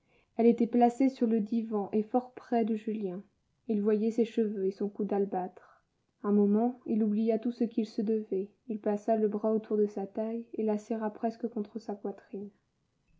elle était placée sur le divan et fort près de julien il voyait ses cheveux et son cou d'albâtre un moment il oublia tout ce qu'il se devait il passa le bras autour de sa taille et la serra presque contre sa poitrine